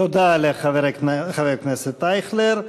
תודה לחבר הכנסת אייכלר.